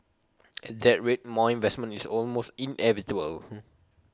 at that rate more investment is almost inevitable